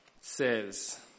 says